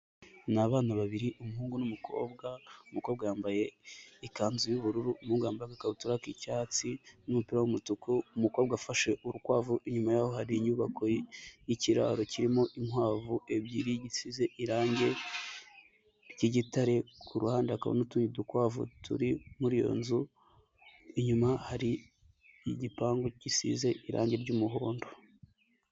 Ni abana babiri umuhungu n'umukobwa, umukobwa bambaye ikanzu y'ubururu, umuhungu yamabaye ikabutura y'icyatsi n'umupira w'umutuku, umukobwa afashe urukwavu, inyuma y'aho hari inyubako y'ikiraro kirimo inkwavu ebyiri, gisize irangi ry'igitare, ku ruhande hakaba n'utundi dukwavu turi muri iyo nzu, inyuma hari n'igipangu gisize irangi ry'umuhondo.